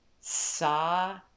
saw